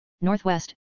Northwest